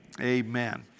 Amen